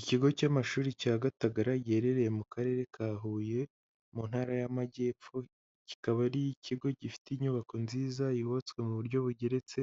Ikigo cy'amashuri cya Gatagara giherereye mu Karere ka Huye mu Ntara y'Amajyepfo, kikaba ari ikigo gifite inyubako nziza yubatswe mu buryo bugeretse,